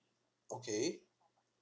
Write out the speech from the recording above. okay